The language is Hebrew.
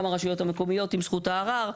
גם הרשויות המקומיות עם זכות הערר.